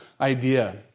idea